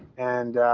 and,